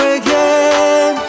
again